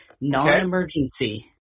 Non-emergency